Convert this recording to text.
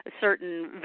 certain